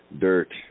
dirt